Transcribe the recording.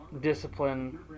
discipline